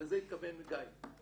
ולזה התכוון גיא,